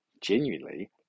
genuinely